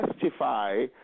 testify